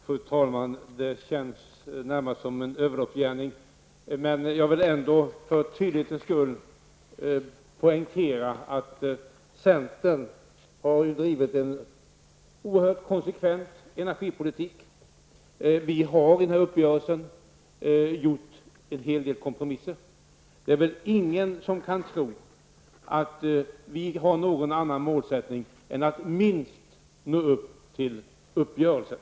Fru talman! Det känns nästan som en överloppsgärning, men jag vill ändå för tydlighetens skull poängtera att centerpartiet har drivit en oerhört konsekvent energipolitik. Vi har i denna uppgörelse gjort en hel del kompromisser, men det är ingen som kan tro att vi har någon annan målsättning än att minst nå upp till vad som förutsätts i uppgörelsen.